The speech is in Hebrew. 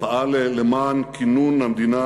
פעל למען כינון המדינה